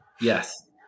Yes